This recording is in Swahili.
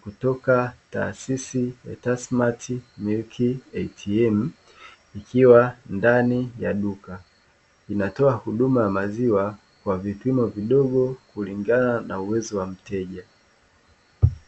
kutoka taasisi "tasmats milk ATM" ikiwa ndani ya duka linatoa huduma ya maziwa kwa vipimo vidogo kulingana na uwezo wa mteja.